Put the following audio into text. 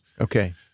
Okay